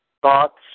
Thoughts